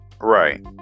right